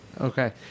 Okay